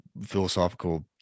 philosophical